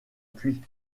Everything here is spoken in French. pluie